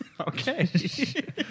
Okay